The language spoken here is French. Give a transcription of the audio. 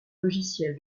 logiciel